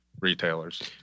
retailers